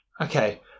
Okay